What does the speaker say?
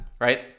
right